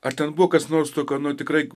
ar ten buvo kas nors tokio nu tikrai